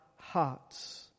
hearts